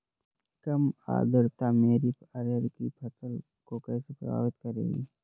कम आर्द्रता मेरी अरहर की फसल को कैसे प्रभावित करेगी?